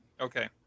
Okay